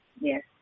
yes